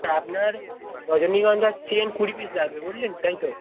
আপনার রজনীগন্ধার চেইন কুড়ি পিস লাগবে বললেন তাই তো